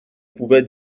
pouvais